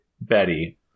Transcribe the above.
Betty